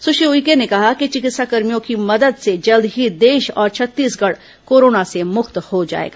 सुश्री उइके ने कहा कि चिकित्साकर्भियों की मदद से जल्द ही देश और छत्तीसगढ़ कोरोना से मुक्त हो जाएगा